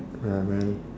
ya man